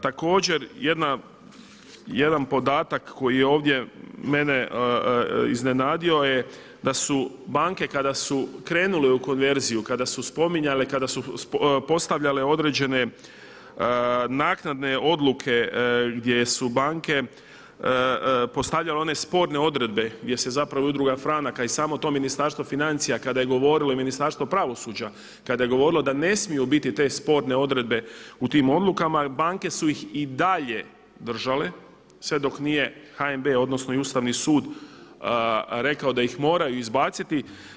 Također jedan podatak koji je ovdje mene iznenadio je da su banke kada su krenule u konverziju, kada su spominjale i kada su postavljale određene naknadne odluke gdje su banke postavljale one sporne odredbe gdje se zapravo i Udruga Franak a i samo to Ministarstvo financija kada je govorilo i Ministarstvo pravosuđa kada je govorilo da ne smiju biti te sporne odredbe u tim odlukama banke su ih i dalje držale sve dok nije HNB odnosno i Ustavni sud rekao da ih moraju izbaciti.